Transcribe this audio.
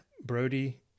Brody